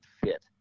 fit